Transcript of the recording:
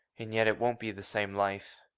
and yet it won't be the same life.